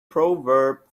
proverb